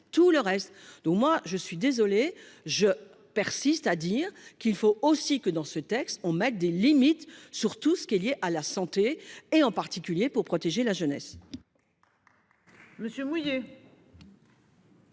tout le reste. Donc moi je suis désolé, je persiste à dire qu'il faut aussi que dans ce texte, on mette des limites sur tout ce qui est lié à la santé et en particulier pour protéger la jeunesse. Monsieur.